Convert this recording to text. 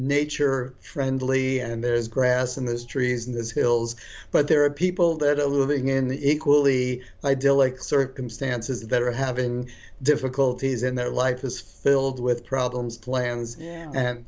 nature friendly and there's grass in those trees in this hills but there are people that are living in the equally idyllic circumstances that are having difficulties and their life is filled with problems plans and